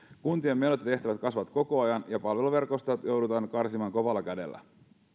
kuntien menot ja tehtävät kasvavat koko ajan ja palveluverkostoja joudutaan karsimaan kovalla kädellä